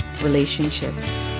Relationships